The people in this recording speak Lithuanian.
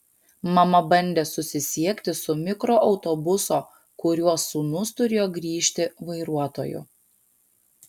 mama bandė susisiekti su mikroautobuso kuriuo sūnus turėjo grįžti vairuotoju